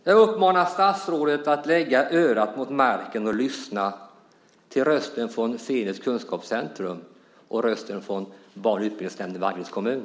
Jag uppmanar statsrådet att lägga örat mot marken och lyssna till rösterna från Fenix kunskapscentrum och från barn och utbildningsnämnden i Vaggeryds kommun.